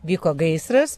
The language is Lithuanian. vyko gaisras